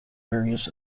various